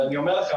אבל אני אומר לכם,